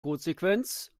codesequenz